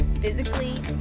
physically